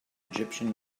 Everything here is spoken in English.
egyptian